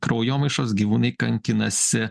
kraujomaišos gyvūnai kankinasi